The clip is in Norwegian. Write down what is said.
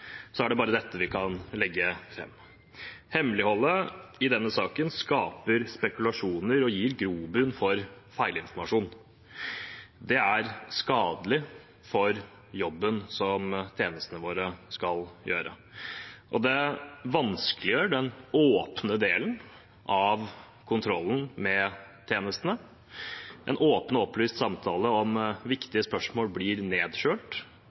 det bare er dette vi kan legge fram. Hemmeligholdet i denne saken skaper spekulasjoner og gir grobunn for feilinformasjon. Det er skadelig for jobben som tjenestene våre skal gjøre, og det vanskeliggjør den åpne delen av kontrollen med tjenestene. En åpen og opplyst samtale om viktige spørsmål blir